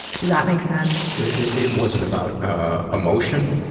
does that make sense? it, it wasn't about, ah, emotion?